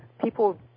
people